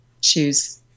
choose